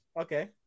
okay